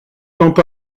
tend